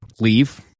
Leave